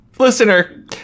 Listener